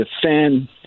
defend